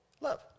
Love